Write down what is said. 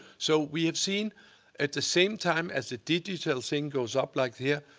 so we have seen at the same time as a digital thing goes up like here,